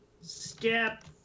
Step